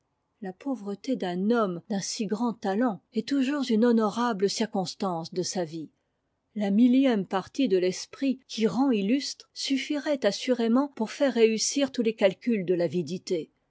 la pauvreté d'un homme d'un si grand talent est toujours une honorable circonstance de sa vie la millième partie de l'esprit qui rend illustre suffirait assurément pour faire réussir tous les calculs de l'avidité